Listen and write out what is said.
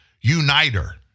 uniter